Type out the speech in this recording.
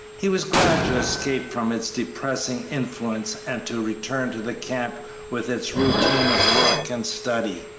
he was glad to escape from its depressing influence and to return to the camp with its routine of work and study.